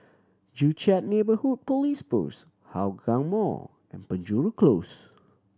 Joo Chiat Neighbourhood Police Post Hougang Mall and Penjuru Close